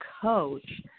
coach